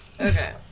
Okay